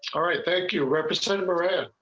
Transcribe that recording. all right thank you representative arrest